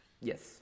Yes